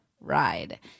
ride